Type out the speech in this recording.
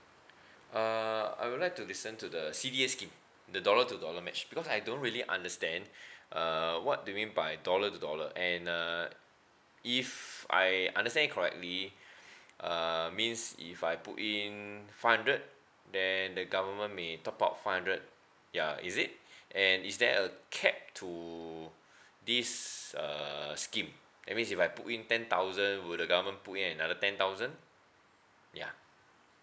uh I would like to listen to the C_D_A scheme the dollar to dollar match because I don't really understand uh what do you mean by dollar to dollar and uh if I understand it correctly err means if I put in five hundred then the government may top up five hundred ya is it and is there a cap to this uh scheme that means if I put in ten thousand would the government put in another ten thousand yeah